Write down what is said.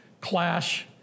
clash